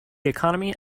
economy